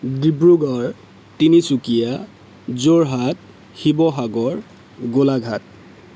Dibrugarh Tinsukia Jorhat Sivasagar Golaghat